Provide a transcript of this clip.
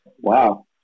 Wow